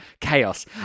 Chaos